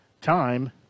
time